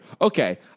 Okay